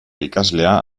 ikaslea